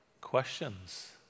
questions